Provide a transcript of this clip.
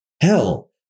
hell